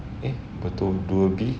satu dua B